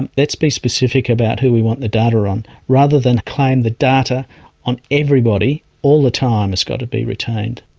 and let's be specific about who we want the data on, rather than claim that data on everybody all the time has got to be retained.